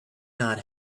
not